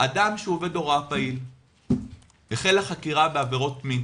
אדם שהוא עובד הוראה פעיל, החלה חקירה בעבירות מין